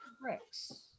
Bricks